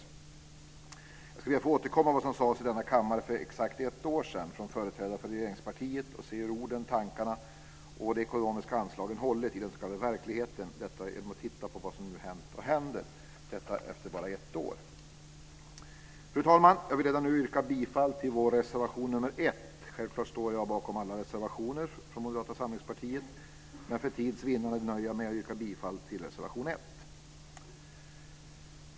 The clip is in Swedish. Jag ska be att få återkomma till vad som sades i denna kammare för exakt ett år sedan från företrädare från regeringspartiet och se hur orden, tankarna och det ekonomiska anslaget hållit i den s.k. verkligheten. Det ska jag göra genom att titta på vad som nu har hänt och vad som händer efter bara ett år. Fru talman! Jag vill redan nu yrka bifall till vår reservation nr 1. Självklart står jag bakom alla reservationer från Moderata samlingspartiet, men för tids vinnande nöjer jag mig med att yrka bifall till reservation 1.